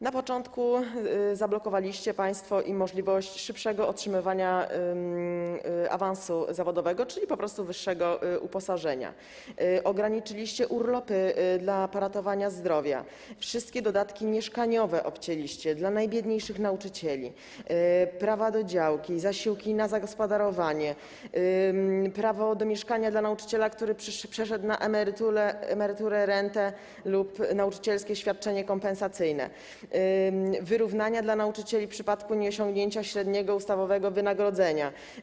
Na początku zablokowaliście im państwo możliwość szybszego otrzymywania awansu zawodowego, czyli po prostu wyższego uposażenia, ograniczyliście urlopy dla poratowania zdrowia, obcięliście wszystkie dodatki mieszkaniowe dla najbiedniejszych nauczycieli, prawa do działki, zasiłki na zagospodarowanie, prawo do mieszkania dla nauczyciela, który przeszedł na emeryturę, rentę lub nauczycielskie świadczenie kompensacyjne, wyrównania dla nauczycieli w przypadku nieosiągnięcia średniego ustawowego wynagrodzenia.